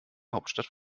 hauptstadt